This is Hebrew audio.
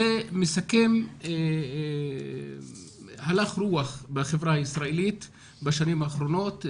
זה מסכם הלך-רוח בחברה הישראלית בשנים האחרונות.